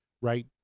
right